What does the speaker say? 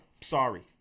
Sorry